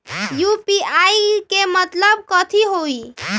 UPI के मतलब कथी होई?